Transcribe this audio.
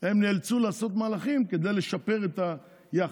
הם נאלצו לעשות מהלכים כדי לשפר את היחס,